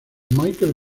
michael